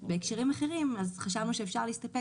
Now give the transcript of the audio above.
בהקשרים אחרים חשבנו שאפשר להסתפק